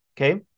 okay